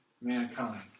mankind